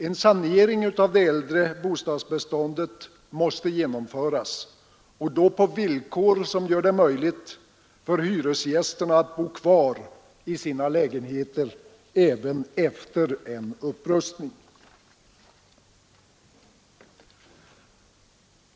En sanering av det äldre bostadsbeståndet måste genomföras, och då på villkor som gör det möjligt för hyresgästerna att bo kvar i sina lägenheter efter en upprustning.